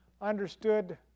understood